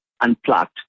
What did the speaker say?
unplugged